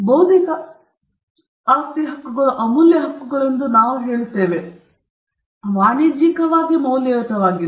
ಬೌದ್ಧಿಕ ಆಸ್ತಿ ಹಕ್ಕುಗಳು ಅಮೂಲ್ಯ ಹಕ್ಕುಗಳೆಂದು ನಾವು ಹೇಳುತ್ತೇವೆ ಅವು ವಾಣಿಜ್ಯಿಕವಾಗಿ ಮೌಲ್ಯಯುತವಾಗಿವೆ